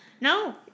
No